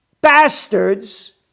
bastards